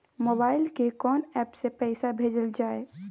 Mobile के कोन app से पैसा भेजल जाए?